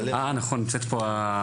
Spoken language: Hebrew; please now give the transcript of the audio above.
בנוסף, נמצאת איתנו פה אושרית,